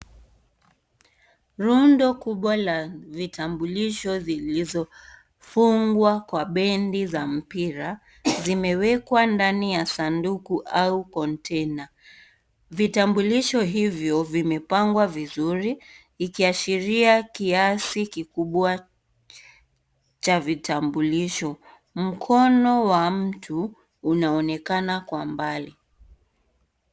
Rundo kubwa la vitambulisho vilizovungwa kwa bendi za mpira zimewekwa ndani ya sanduku au container . Vitambulisho hivyo vimepangwa vizuri ikiashiria kiasi kikubwa cha vitambulisho. Mkono wa mtu unaonekana kwa mbali.